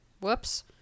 Whoops